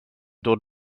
dod